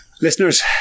Listeners